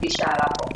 כפי שעלה פה.